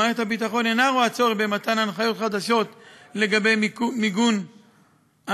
מערכת הביטחון אינה רואה צורך במתן הנחיות חדשות לגבי מיגון המתקן